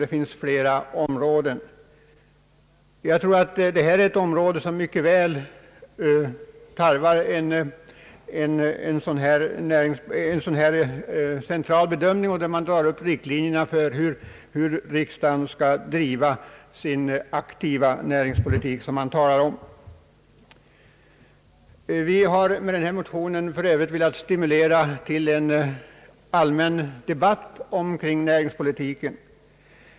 Jag tror att näringspolitiken är ett område som kräver en central översiktlig bedömning, där man drar upp riktlinjerna för hur riksdagen skall driva den aktiva näringspolitik som man talar om. Vi har med vår motion även velat stimulera till en allmän debatt kring näringspolitiken.